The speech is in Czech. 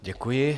Děkuji.